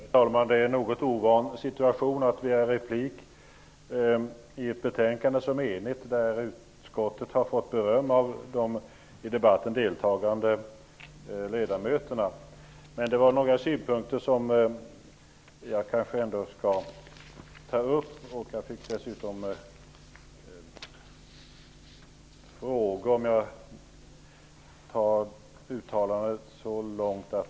Herr talman! Det är något ovanligt att begära replik när betänkandet är enigt och utskottet har fått beröm av de i debatten deltagande ledamöterna. Men det var några synpunkter som jag kanske ändå vill kommentera.